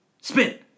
spin